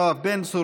יואב בן צור,